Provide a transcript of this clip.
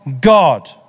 God